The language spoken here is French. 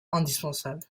indispensable